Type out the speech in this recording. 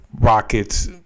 Rockets